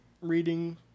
Reading